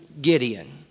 Gideon